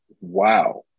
Wow